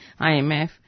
IMF